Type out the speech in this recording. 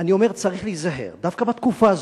אני אומר: צריך להיזהר, דווקא בתקופה הזאת.